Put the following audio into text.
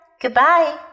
goodbye